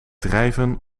drijven